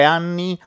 anni